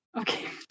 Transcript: Okay